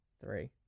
three